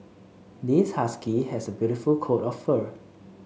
this husky has a beautiful coat of fur